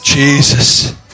Jesus